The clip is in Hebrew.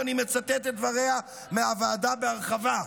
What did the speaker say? ואני מצטט את דבריה מהוועדה בהרחבה: